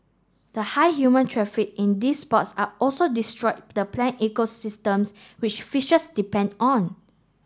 the high human traffic in these spots are also destroyed the plant ecosystems which fishes depend on